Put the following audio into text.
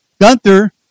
Gunther